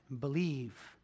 believe